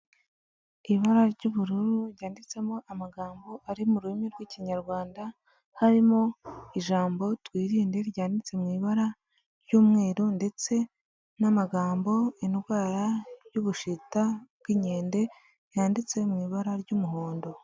Ibara ry'ubururu ryanditsemo amagambo ari mu rurimi rw'ikinyarwanda, harimo ijambo twirinde ryanditse mu ibara ry'umweru, ndetse n'amagambo indwara y'ubushita bw'inkende yanditse mu ibara ry'umuhondo.